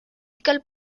école